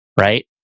right